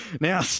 now